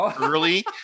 early